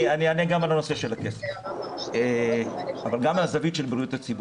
אני אענה גם על הנושא של הכסף אבל גם מהזווית של בריאות הציבור.